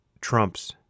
Trump's